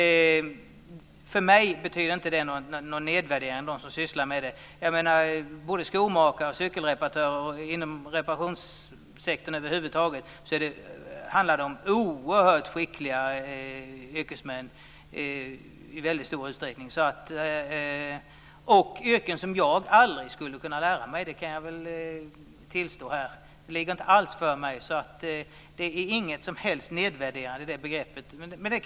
För mig betyder begreppet inte en nedvärdering av dem som sysslar med sådana här tjänster. Både när det gäller skomakare och cykelreparatörer och när det gäller andra inom reparationssektorn över huvud taget handlar det i väldigt stor utsträckning om oerhört skickliga yrkesmän och om yrken som jag aldrig skulle kunna lära mig. Det kan jag väl tillstå här. Det ligger inte alls för mig, så det ligger ingen som helst nedvärdering i detta från min sida.